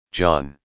John